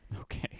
Okay